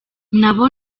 nabo